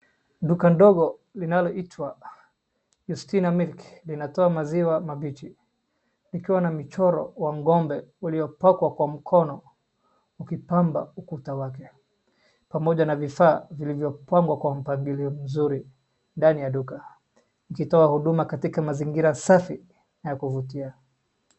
Duka ndogo linaloitwa Yustina Milk linatoa maziwa mambichi likiwa na michoro wa ng'ombe uliopakwa kwa mkono ukipamba ukuta wake, pamoja na vifaa vilivyopangwa kwa mpangilio mzuri ndani ya duka. Ikitoa huduma katika mazingira safi na ya kuvutia.